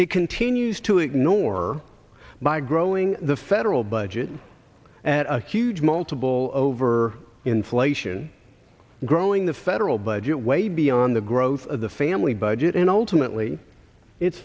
it continues to ignore by growing the federal budget at a huge multiple over inflation growing the federal budget way beyond the growth of the family budget and ultimately it's